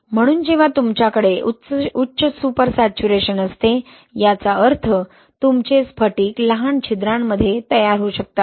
म्हणून जेव्हा तुमच्याकडे उच्च सुपर सॅच्युरेशन super saturation असते याचा अर्थ तुमचे स्फटिक लहान छिद्रांमध्ये तयार होऊ शकतात